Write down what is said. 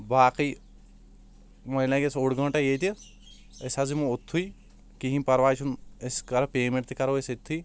باقٕے وۄنۍ لگہِ اسہِ اوٚڈ گنٹہٕ ییٚتہِ أسۍ حظ یمو اوٚتتھے کہینۍ پرواے چھُنہٕ أسۍ کرو پیٚمینٹ تہِ کرو أسۍ أتتھی